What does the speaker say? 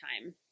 time